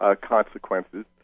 consequences